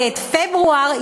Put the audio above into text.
ואת פברואר,